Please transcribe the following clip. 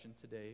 today